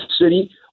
city